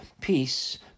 Peace